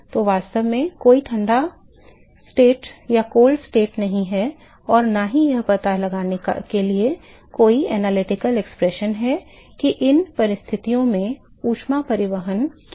तो वास्तव में कोई ठंडा राष्ट्र नहीं है और न ही यह पता लगाने के लिए कोई विश्लेषणात्मक अभिव्यक्ति है कि इन परिस्थितियों में ऊष्मा परिवहन क्या है